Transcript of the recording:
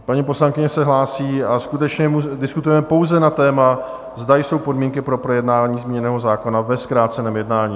Paní poslankyně se hlásí, a skutečně diskutujeme pouze na téma, zda jsou podmínky pro projednávání změnového zákona ve zkráceném jednání.